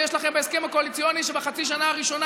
יש לכם בהסכם הקואליציוני שבחצי השנה הראשונה